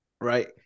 right